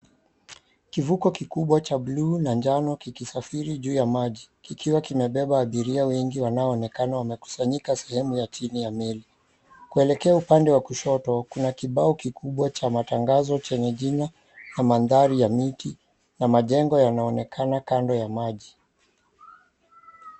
Kivuko kikubwa cha Buluu na njano kikisafiri juu ya maji, kikiwa kimebeba abiria wengi wanao onekana wamekusanyika sehemu ya chini ya meli. Kuelekea upande wa kushoto, kuna kibao kikubwa cha matangazo chenye jina na mandhari ya miti na majengo yanaonekana kando ya maji.